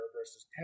versus